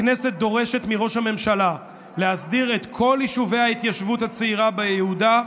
הכנסת דורשת מראש הממשלה להסדיר את כל יישובי ההתיישבות הצעירה ביהודה,